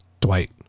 Dwight